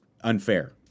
unfair